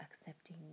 accepting